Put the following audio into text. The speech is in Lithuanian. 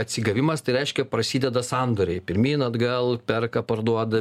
atsigavimas tai reiškia prasideda sandoriai pirmyn atgal perka parduoda